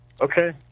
Okay